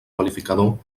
qualificador